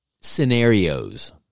Scenarios